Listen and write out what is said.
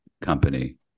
company